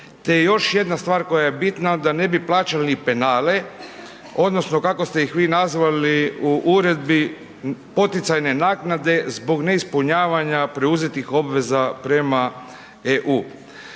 je još jedna stvar koja je bitna, da ne bi plaćali penale, odnosno kako ste ih vi nazvali u uredbi, poticajne naknade zbog neispunjavanja preuzetih obveza prema EU.